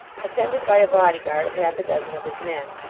attended by a body-guard of half-a-dozen of his men.